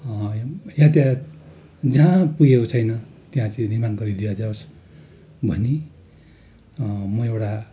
यातायात जहाँ पुगेको छैन त्यहाँ चाहिँ निर्माण गरिदिया जाओस् भनी म एउटा